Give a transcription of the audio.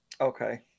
Okay